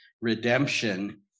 redemption